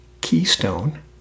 keystone